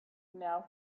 now